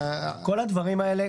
כל הדברים האלה,